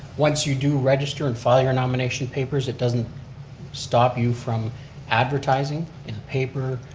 once you do register and file your nomination papers, it doesn't stop you from advertising in paper,